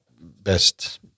best